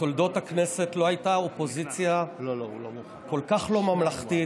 בתולדות הכנסת לא הייתה אופוזיציה כל כך לא ממלכתית,